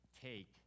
take